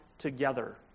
together